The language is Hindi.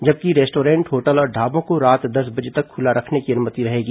जबकि रेस्टॉरेंट होटल और ढाबों को रात दस बजे तक खुला रखने की अनुमति रहेगी